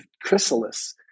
chrysalis